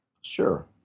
Sure